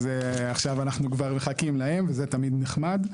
עכשיו אנחנו כבר מחכים להם, אז זה תמיד נחמד.